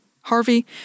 Harvey